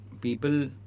people